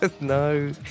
No